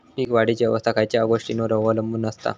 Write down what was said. पीक वाढीची अवस्था खयच्या गोष्टींवर अवलंबून असता?